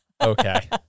Okay